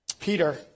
Peter